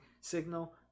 signal